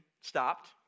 stopped